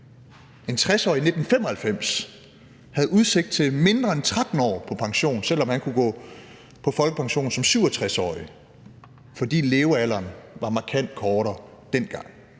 En 60-årig i 1995 havde udsigt til mindre end 13 år på pension, selv om han kunne gå på folkepension som 67-årig, fordi levealderen var markant kortere dengang.